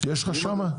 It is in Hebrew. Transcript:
יש לך שם?